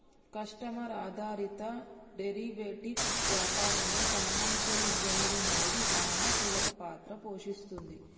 customer ఆధారిత derivatives వ్యాపారంలో financial engineering అనేది సానా కీలక పాత్ర పోషిస్తుంది